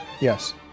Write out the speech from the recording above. Yes